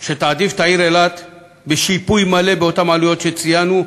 שתעדיף את העיר אילת בשיפוי מלא באותן עלויות שציינו,